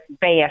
best